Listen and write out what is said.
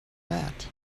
that